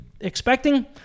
expecting